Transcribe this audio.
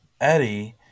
Eddie